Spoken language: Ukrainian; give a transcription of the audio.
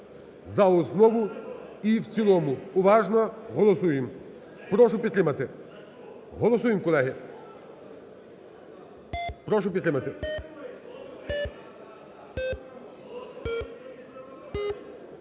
За основу і в цілому. Уважно голосуємо. Прошу підтримати. Голосуємо колеги. Прошу підтримати.